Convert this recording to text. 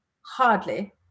hardly